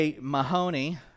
Mahoney